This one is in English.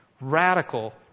radical